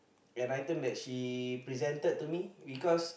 an item that she presented to me because